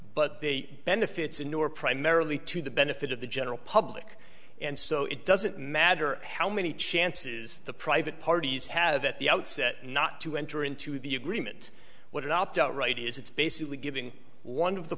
but the benefits of new are primarily to the benefit of the general public and so it doesn't matter how many chances the private parties have at the outset not to enter into the agreement what it out don't write is it's basically giving one of the